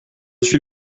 suis